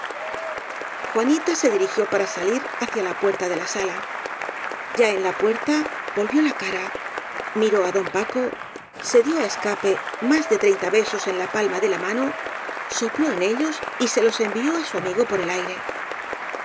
juanita se dirigió para salir hacia la puerta de la sala ya en la puerta volvió la cara miró á don paco se dió á escape más de treinta besos en la palma de la mano sopló en ellos y se los envió á su amigo por el aire